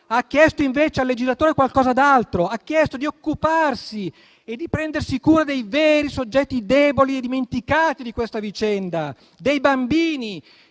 ha chiesto invece al legislatore qualcosa d'altro. Ha chiesto di occuparsi e di prendersi cura dei veri soggetti deboli e dimenticati di questa vicenda, i bambini,